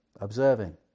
observing